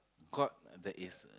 got that is